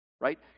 right